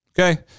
Okay